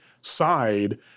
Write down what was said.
side